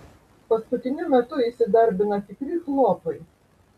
paskutiniu metu įsidarbina tikri chlopai